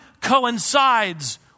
coincides